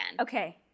Okay